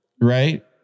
Right